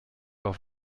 auf